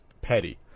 petty